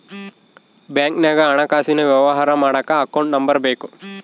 ಬ್ಯಾಂಕ್ನಾಗ ಹಣಕಾಸಿನ ವ್ಯವಹಾರ ಮಾಡಕ ಅಕೌಂಟ್ ನಂಬರ್ ಬೇಕು